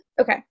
Okay